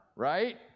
Right